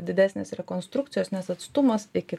didesnės rekonstrukcijos nes atstumas iki